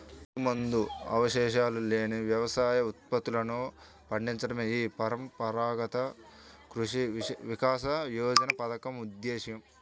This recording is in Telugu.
పురుగుమందు అవశేషాలు లేని వ్యవసాయ ఉత్పత్తులను పండించడమే ఈ పరంపరాగత కృషి వికాస యోజన పథకం ఉద్దేశ్యం